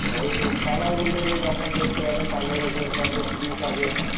ওই কালার বলতে গেলে যেমন দেখতে পাবে কালোর ওপরে পাবে ব্লু পাবে